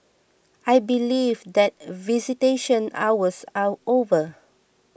I believe that visitation hours are over